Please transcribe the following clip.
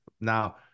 Now